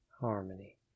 harmony